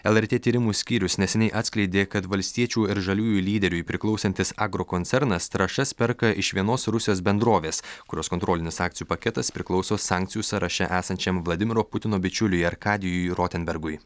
lrt tyrimų skyrius neseniai atskleidė kad valstiečių ir žaliųjų lyderiui priklausantis agrokoncernas trąšas perka iš vienos rusijos bendrovės kurios kontrolinis akcijų paketas priklauso sankcijų sąraše esančiam vladimiro putino bičiuliui arkadijui rotenbergui